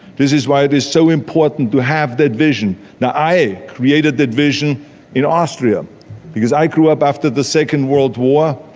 this is why it is so important to have that vision. now i created that vision in austria because i grew up after the second world war.